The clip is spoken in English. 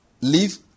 leave